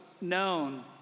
known